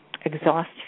exhaust